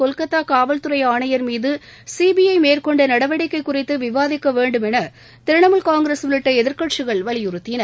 கொல்கத்தா காவல்துறை ஆணையர் மீது சிபிஐ மேற்கொண்ட நடவடிக்கை குறித்து விவாதிக்க வேண்டும் என திரிணாமுல் காங்கிரஸ் உள்ளிட்ட எதிர்க்கட்சிகள் வலியுறுத்தின